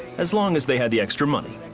as long as they had the extra money.